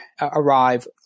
arrive